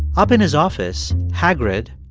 up in his office, hagrid,